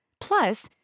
Plus